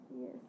Yes